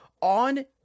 on